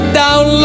down